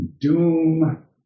doom